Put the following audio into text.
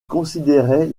considérait